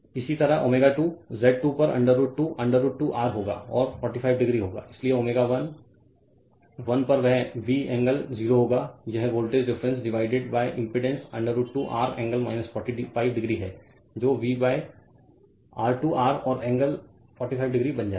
Refer Slide Time 2933 इसी तरह ω2 Z 2 पर √ 2 √ 2 R होगा और 45 डिग्री होगा इसलिए ω 1 I 1 पर वह V एंगल 0 होगा यह voltage reference divided impedance √ 2 R angle 45 degree है जो V R 2 R और एंगल 45 डिग्री बन जाएगा